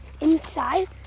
inside